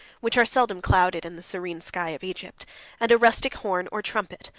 which are seldom clouded in the serene sky of egypt and a rustic horn, or trumpet,